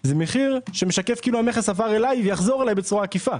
זה מחיר שמשקף כאילו המכס עבר אליי ויחזור אליי בצורה עקיפה.